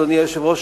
אדוני היושב-ראש,